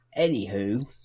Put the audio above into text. Anywho